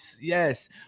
Yes